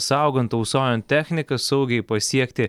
saugant tausojant techniką saugiai pasiekti